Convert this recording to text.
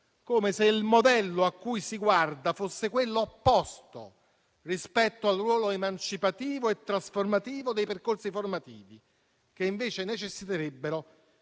come se il modello a cui si guarda fosse quello opposto rispetto al ruolo emancipativo e trasformativo dei percorsi formativi, che invece necessiterebbero